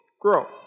grow